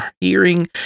hearing